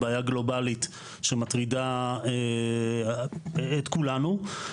זו בעיה גלובאלית שמטרידה את כולנו.